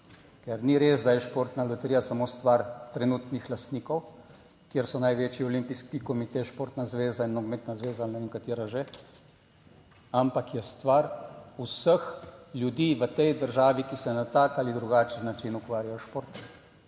ker ni res, da je Športna loterija samo stvar trenutnih lastnikov, kjer so največji Olimpijski komite, Športna zveza in Nogometna zveza, ne vem katera že, ampak je stvar vseh ljudi v tej državi, ki se na tak ali drugačen način ukvarjajo s športom,